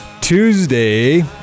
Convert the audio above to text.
Tuesday